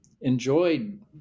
enjoyed